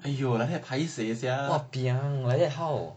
!aiyo! like that paiseh sia